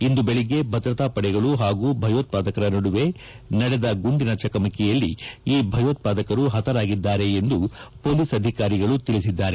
ಇಂದು ಬೆಳಗ್ಗೆ ಭದ್ರತಾ ಪಡೆಗಳು ಹಾಗೂ ಭಯೋತ್ಪಾದಕರ ನಡುವೆ ನಡೆದ ಗುಂಡಿನ ಚಕಮಕಿಯಲ್ಲಿ ಈ ಭಯೋತ್ವಾದಕರು ಹತರಾಗಿದ್ದಾರೆ ಎಂದು ಪೊಲೀಸ್ ಅಧಿಕಾರಿ ತಿಳಿಸಿದ್ದಾರೆ